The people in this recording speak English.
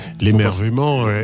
L'émerveillement